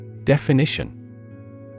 Definition